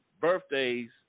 birthdays